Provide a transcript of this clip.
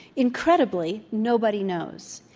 incredibly, nobody knows.